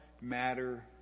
matter